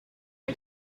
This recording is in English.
her